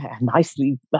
nicely